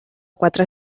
quatre